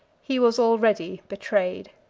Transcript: he was already betrayed.